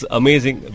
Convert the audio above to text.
amazing